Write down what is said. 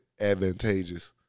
advantageous